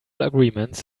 agreements